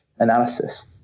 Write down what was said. Analysis